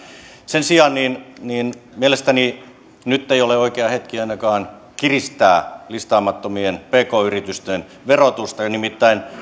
sen sijaan mielestäni nyt ei ole oikea hetki ainakaan kiristää listaamattomien pk yritysten verotusta nimittäin